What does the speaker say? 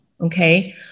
okay